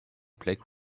black